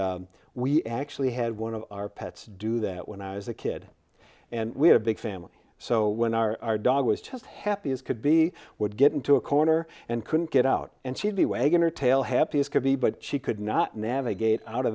and we actually had one of our pets do that when i was a kid and we had a big family so when our dog was just happy as could be would get into a corner and couldn't get out and she'd be waking her tail happy as could be but she could not navigate out